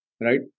right